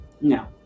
No